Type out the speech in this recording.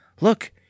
Look